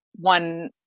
one